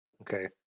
Okay